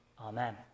Amen